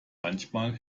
manchmal